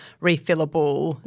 refillable